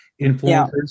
influencers